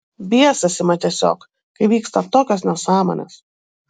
biesas ima tiesiog kai vyksta tokios nesąmonės